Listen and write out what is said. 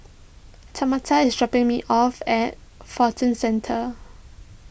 Tamatha is dropping me off at Fortune Centre